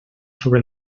sobre